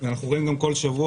אנחנו רואים גם כל שבוע,